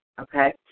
Okay